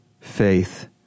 faith